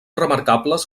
remarcables